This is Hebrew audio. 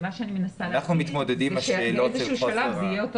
אני מנסה לומר שבאיזשהו שלב זה יהיה אותו